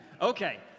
Okay